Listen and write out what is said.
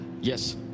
Yes